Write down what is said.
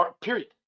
Period